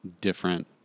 different